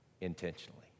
intentionally